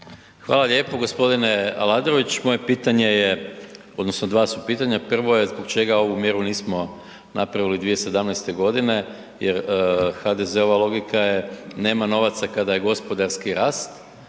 Hvala lijepo. Gospodine Aladrović moje pitanje je odnosno dva pitanja. Prvo je, zbog čega ovu mjeru nismo napravili 2017.godine jer HDZ-ova logika je nema novaca kada je gospodarski rast,